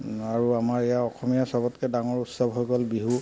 আৰু আমাৰ ইয়াৰ অসমীয়া চবতকৈ ডাঙৰ উৎসৱ হৈ গ'ল বিহু